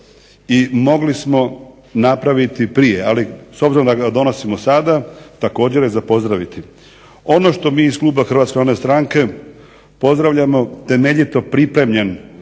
i mogli smo napraviti i prije. Ali s obzirom da ga donosimo sada također je za pozdraviti. Ono što mi iz kluba HNS-a pozdravljamo temeljito pripremljen